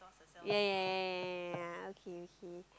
yeah yeah yeah yeah yeha okay okay